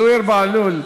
זוהיר בהלול,